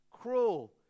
Cruel